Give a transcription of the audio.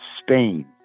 Spain